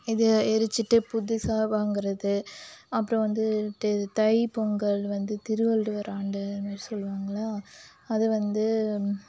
இது எரிச்சுட்டு புதுசாக வாங்கிறது அப்புறம் வந்து தை பொங்கல் வந்து திருவள்ளுவர் ஆண்டுன்னு சொல்லுவாங்களா அது வந்து